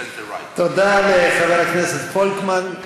תודה לחבר הכנסת פולקמן.